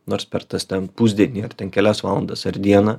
nors per tas ten pusdienį ar kelias valandas ar dieną